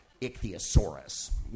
Ichthyosaurus